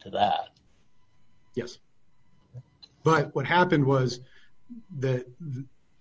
to that yes but what happened was that